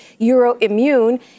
Euroimmune